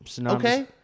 Okay